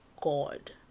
God